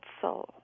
soul